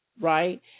right